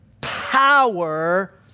power